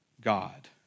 God